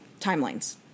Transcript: timelines